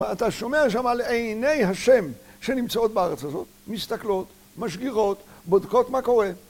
אתה שומע שם על עיני השם שנמצאות בארץ הזאת, מסתכלות, משגיחות, בודקות מה קורה.